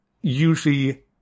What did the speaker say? usually